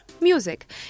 music